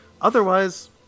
Otherwise